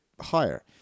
higher